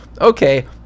Okay